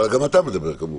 אבל גם אתה מדבר, כמובן?